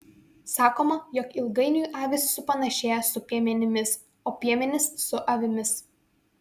sakoma jog ilgainiui avys supanašėja su piemenimis o piemenys su avimis